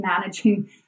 managing